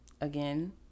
again